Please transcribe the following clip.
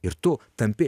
ir tu tampi